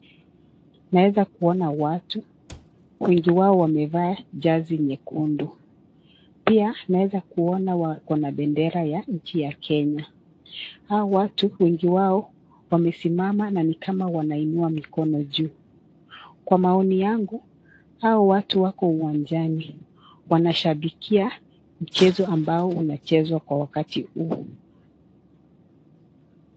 Naeza kuona watu wengi wao wamevaa jazi nyekundu pia naeza kuona wako na bendera ya nchi ya Kenya Hawa watu wamesimama na wameweka mkono juu kwa maoni yangu Hawa watu wako uwanjani wanasherekea mchezo kwa wakati huu.